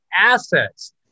assets